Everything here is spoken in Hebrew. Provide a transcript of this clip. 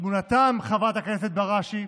חברת הכנסת בראשי,